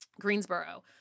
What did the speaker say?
Greensboro